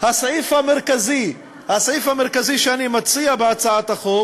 הסעיף המרכזי שאני מציע בהצעת החוק